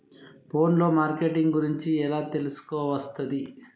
Phone లో marketing గురించి ఎలా తెలుసుకోవస్తది?